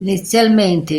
inizialmente